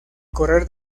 correr